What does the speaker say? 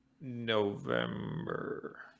November